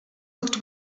looked